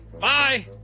Bye